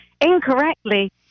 incorrectly